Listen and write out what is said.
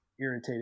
irritated